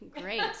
Great